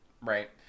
right